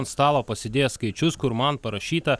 ant stalo pasidėjęs skaičius kur man parašyta